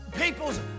people's